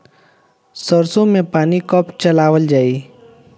सरसो में पानी कब चलावल जाई?